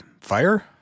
fire